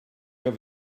have